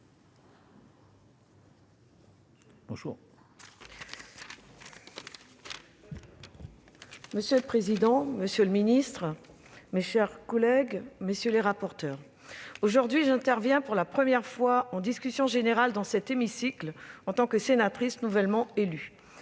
Monsieur le président, monsieur le ministre, mes chers collègues, j'interviens aujourd'hui pour la première fois en discussion générale dans cet hémicycle, en tant que sénatrice nouvellement élue.